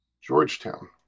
Georgetown